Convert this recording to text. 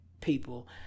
people